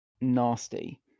nasty